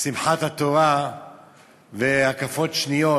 התורה והקפות שניות.